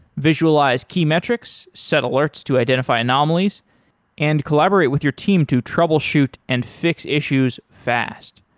visualize key metrics, set alerts to identify anomalies and collaborate with your team to troubleshoot and fix issues fast.